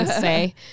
say